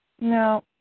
No